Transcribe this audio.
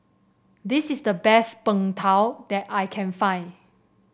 this is the best Png Tao that I can find